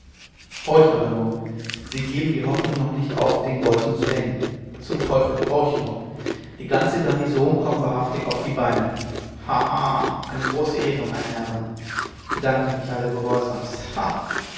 horch aber nur sie geben die hoffnung noch nicht auf den geusen zu hängen zum teufel horch nur die ganze garnison kommt wahrhaftig auf die beine haha eine große ehre meine herren bedanke mich allergehorsamst